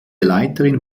leiterin